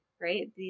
right